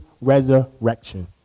resurrection